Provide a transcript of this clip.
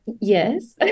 Yes